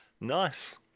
Nice